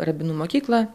rabinų mokyklą